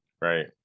right